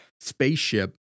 spaceship